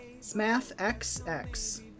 SmathXX